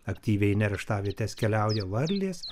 aktyviai į nerštavietes keliauja varlės